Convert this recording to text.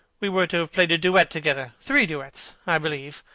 we were to have played a duet together three duets, i believe.